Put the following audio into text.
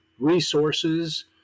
resources